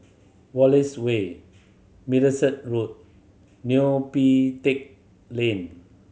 Wallace Way Middleset Road Neo Pee Teck Lane